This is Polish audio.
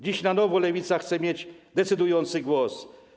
Dziś na nowo lewica chce mieć decydujący głos.